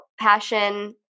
passion